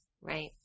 Right